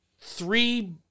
Three